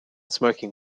smoking